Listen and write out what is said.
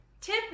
Tip